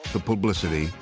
the publicity,